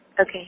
Okay